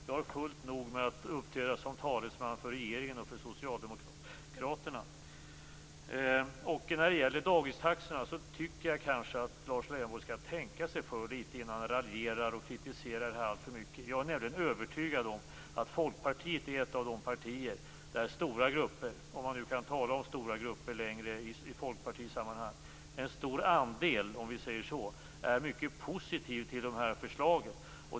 Jag har fullt nog med att uppträda som talesman för regeringen och för Socialdemokraterna. När det gäller dagistaxorna tycker jag kanske att Lars Leijonborg skall tänka sig för litet innan han raljerar och kritiserar det alltför mycket. Jag är nämligen övertygad om att Folkpartiet är ett av de partier där stora grupper är mycket positiva till de här förslagen, om man nu kan tala om stora grupper längre i folkpartisammanhang. Vi kanske skall säga en stor andel.